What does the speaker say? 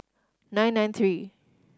nine nine three